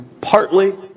partly